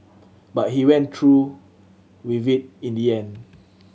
but he went through with it in the end